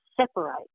separate